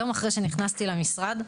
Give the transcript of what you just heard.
יום אחרי שנכנסתי למשרד,